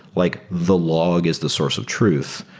like the log is the source of truth,